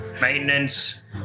maintenance